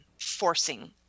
forcing